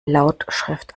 lautschrift